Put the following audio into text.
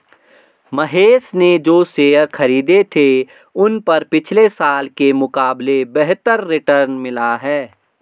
महेश ने जो शेयर खरीदे थे उन पर पिछले साल के मुकाबले बेहतर रिटर्न मिला है